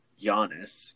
Giannis